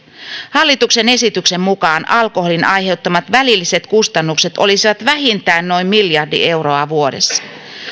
hallituksen esityksen mukaan alkoholin aiheuttamat välilliset kustannukset olisivat vähintään noin miljardi euroa vuodessa